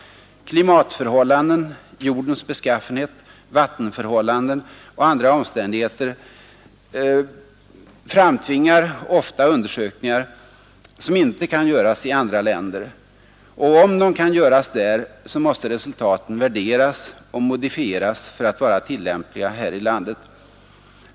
Klimatförhållanden, jordens beskaffenhet, vattenförhållanden och andra omständigheter framtvingar ofta undersökningar som inte kan göras i andra länder, och om de kan göras där, måste resultaten värderas och modifieras för att vara tillämpliga här i landet.